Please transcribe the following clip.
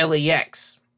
LAX